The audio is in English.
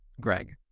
Greg